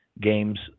games